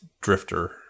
Drifter